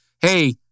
Hey